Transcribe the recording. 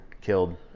killed